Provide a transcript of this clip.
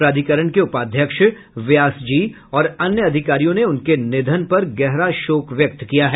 प्राधिकरण के उपाध्यक्ष व्यासजी और अन्य अधिकारियों ने उनके निधन पर गहरा शोक व्यक्त किया है